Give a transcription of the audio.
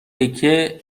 تکه